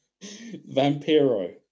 Vampiro